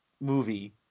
movie